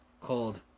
called